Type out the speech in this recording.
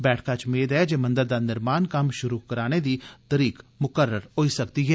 बैठका च मेद ऐ जे मंदर दा निर्माण कम्म शुरु कराने दी तरीक मुकर्रर कीती जाई सकदी ऐ